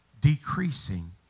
decreasing